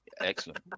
Excellent